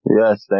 Yes